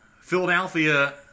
Philadelphia